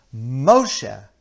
Moshe